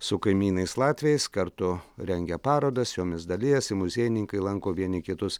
su kaimynais latviais kartu rengia parodas jomis dalijasi muziejininkai lanko vieni kitus